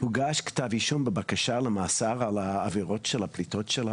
הוגש כתב אישום בבקשה למאסר על העבירות של הפליטות?